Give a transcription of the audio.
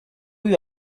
you